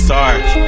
Sarge